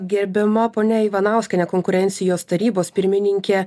gerbiama ponia ivanauskienė konkurencijos tarybos pirmininkė